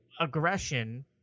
aggression